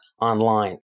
online